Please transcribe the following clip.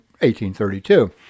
1832